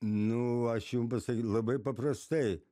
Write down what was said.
nu aš jum pasaky labai paprastai